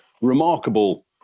remarkable